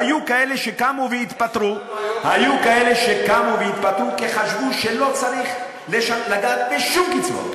היו כאלה שקמו והתפטרו כי חשבו שלא צריך לגעת בשום קצבאות.